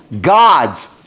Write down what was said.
God's